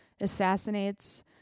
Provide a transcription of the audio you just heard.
assassinates